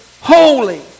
holy